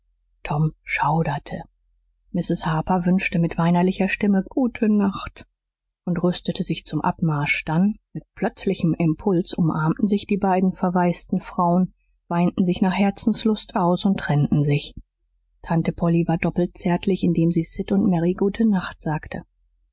tom schauderte mrs harper wünschte mit weinerlicher stimme gute nacht und rüstete sich zum abmarsch dann mit plötzlichem impuls umarmten sich die beiden verwaisten frauen weinten sich nach herzenslust aus und trennten sich tante polly war doppelt zärtlich indem sie sid und mary gute nacht sagte